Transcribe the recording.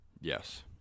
Yes